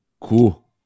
Cool